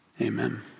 Amen